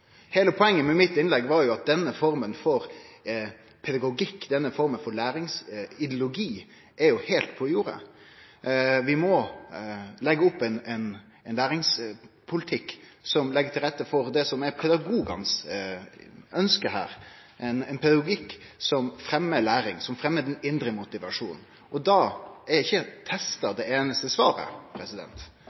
Heile poenget med mitt innlegg var jo at denne forma for pedagogikk, denne forma for læringsideologi, er heilt på jordet. Vi må leggje opp ein læringspolitikk som legg til rette for det som er ønsket til pedagogane her, ein pedagogikk som fremjar læring, som fremjar den indre motivasjonen. Då er ikkje testar det einaste svaret.